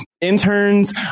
interns